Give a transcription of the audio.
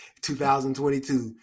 2022